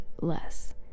less